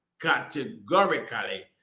categorically